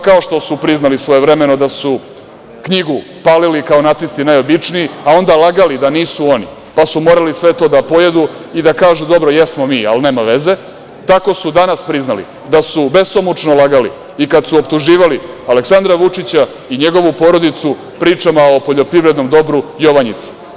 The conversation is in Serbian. Kao što su priznali svojevremeno da su knjigu palili kao nacisti najobičniji, a onda lagali da nisu oni, pa su morali sve to da pojedu i da kažu – dobro, jesmo mi, ali nema veze, tako su danas priznali da su besomučno lagali i kada su optuživali Aleksandra Vučića i njegovu porodicu pričama o poljoprivrednom dobru „Jovanjica“